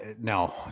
no